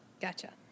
gotcha